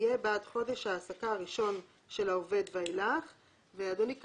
יהיה בעד חודש ההעסקה הראשון של העובד ואילך."; אדוני,